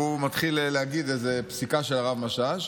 והוא מתחיל להגיד איזה פסיקה של הרב משאש.